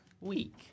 week